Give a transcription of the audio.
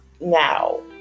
now